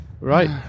Right